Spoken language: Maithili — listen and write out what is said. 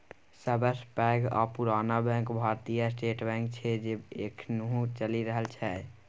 सबसँ पैघ आ पुरान बैंक भारतीय स्टेट बैंक छै जे एखनहुँ चलि रहल छै